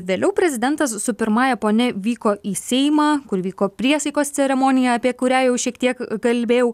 vėliau prezidentas su pirmąja ponia vyko į seimą kur vyko priesaikos ceremonija apie kurią jau šiek tiek kalbėjau